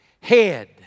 head